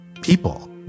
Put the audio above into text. people